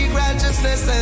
righteousness